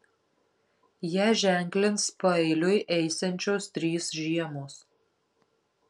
ją ženklins paeiliui eisiančios trys žiemos